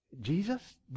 Jesus